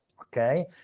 okay